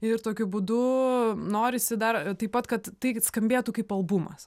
ir tokiu būdu norisi dar taip pat kad tai skambėtų kaip albumas